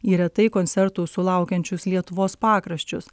į retai koncertų sulaukiančius lietuvos pakraščius